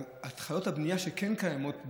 אבל התחלות הבנייה שכן קיימות,